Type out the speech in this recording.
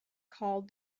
called